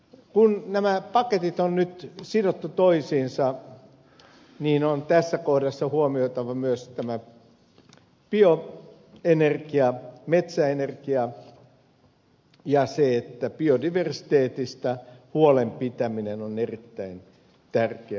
kun nämä paketit on nyt sidottu toisiinsa niin on tässä kohdassa huomioitava myös tämä bioenergia metsäenergia ja se että biodiversiteetistä huolen pitäminen on erittäin tärkeä kysymys